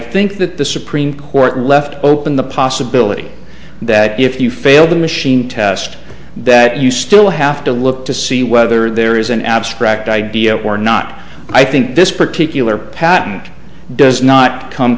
think that the supreme court left open the possibility that if you fail the machine test that you still have to look to see whether there is an abstract idea or not i think this particular patent does not come